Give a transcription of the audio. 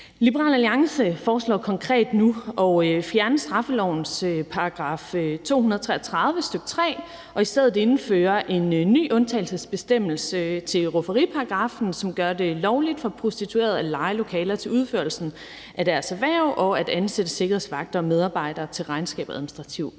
Liberal Alliance foreslår konkret nu at fjerne straffelovens § 233, stk. 3, og i stedet indføre en ny undtagelsesbestemmelse til rufferiparagraffen, som gør det lovligt for prostituerede at leje lokaler til udførelsen af deres erhverv og at ansætte sikkerhedsvagter og medarbejdere til regnskabsopgaver og administrative